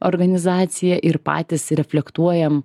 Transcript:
organizacija ir patys reflektuojam